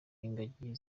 ingagi